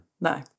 No